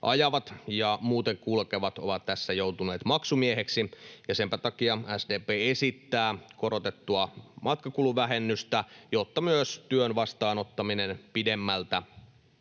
ajavat ja muuten kulkevat ovat tässä joutuneet maksumiehiksi. Senpä takia SDP esittää korotettua matkakuluvähennystä, jotta myös työn vastaanottaminen pidemmältä